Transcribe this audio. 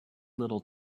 little